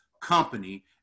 company